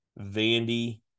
Vandy